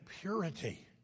purity